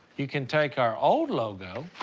you can take our old logo,